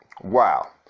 Wow